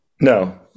No